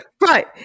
right